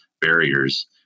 barriers